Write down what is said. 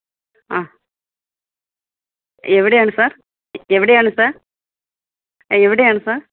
ആ എവിടെയാണ് സാർ എവിടെയാണ് സാർ ആ എവിടെയാണ് സാർ